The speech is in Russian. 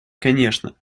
конечно